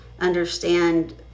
understand